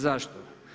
Zašto?